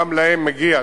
גם להם הגיעה,